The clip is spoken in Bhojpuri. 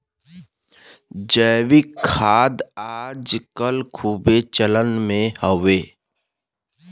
जैविक खाद आज कल खूबे चलन मे हउवे